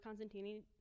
constantini